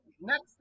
Next